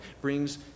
brings